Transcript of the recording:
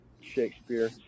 Shakespeare